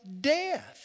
death